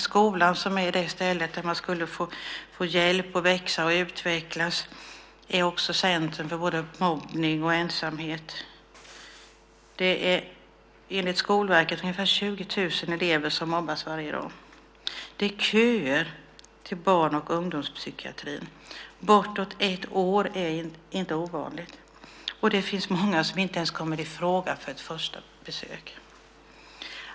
Skolan, som är det ställe där man borde få hjälp att växa och utvecklas, är också centrum för mobbning och ensamhet. Det är enligt Skolverket ungefär 20 000 elever som mobbas varje dag. Det är köer till barn och ungdomspsykiatrin - bortåt ett år är inte ovanligt - och det finns många som inte ens kommer i fråga för ett första besök.